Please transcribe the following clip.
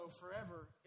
forever